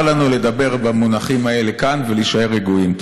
מותר לנו לדבר במונחים האלה כאן ולהישאר רגועים.